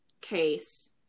case